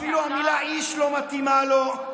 אפילו המילה "איש" לא מתאימה לו.